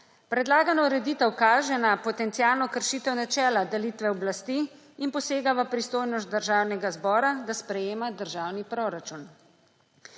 Predlagana ureditev kaže na potencialno kršitev načela delitve oblasti in posega v pristojnost Državnega zbora, da sprejema državni proračun.